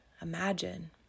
imagine